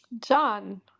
John